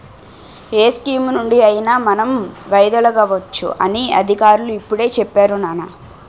ఏ స్కీమునుండి అయినా మనం వైదొలగవచ్చు అని అధికారులు ఇప్పుడే చెప్పేరు నాన్నా